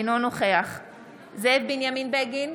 אינו נוכח זאב בנימין בגין,